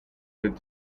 with